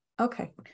okay